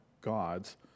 God's